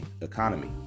economy